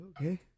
okay